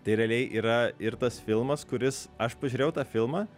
tai realiai yra ir tas filmas kuris aš pažiūrėjau tą filmą